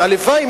אבל הלוואי,